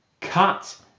cut